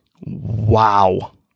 Wow